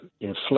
inflict